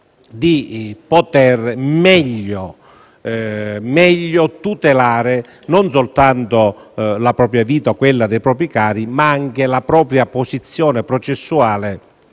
di poter meglio tutelare non soltanto la propria vita o quella dei propri cari, ma anche la propria posizione processuale